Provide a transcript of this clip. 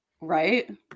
Right